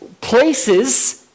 places